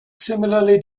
similarly